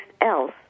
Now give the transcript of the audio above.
else